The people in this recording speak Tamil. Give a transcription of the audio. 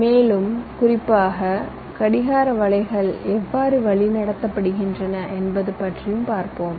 மேலும் குறிப்பாக கடிகார வலைகள் எவ்வாறு வழிநடத்தப்படுகின்றன என்பது பற்றி பார்ப்போம்